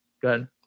good